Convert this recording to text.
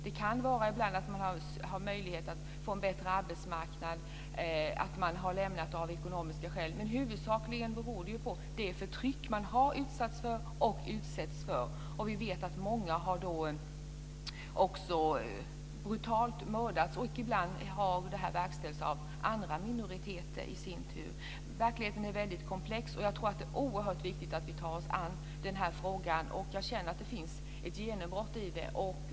Det kan ibland vara att de har möjlighet att få en bättre arbetsmarknad och att de har lämnat området av ekonomiska skäl. Men huvudsakligen beror det på det förtryck som de har utsatts för och utsätts för. Vi vet att många har brutalt mördats. Ibland har det i sin tur verkställts av andra minoriteter. Verkligheten är väldigt komplex. Det är oerhört viktigt att vi tar oss an den här frågan. Jag känner att det finns ett genombrott i den.